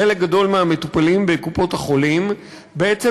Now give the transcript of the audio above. חלק גדול מהמטופלים בקופות-החולים בעצם